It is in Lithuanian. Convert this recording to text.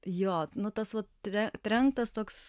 jo nu tas va tre trenktas toks